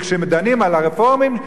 וכשהם דנים על הרפורמים,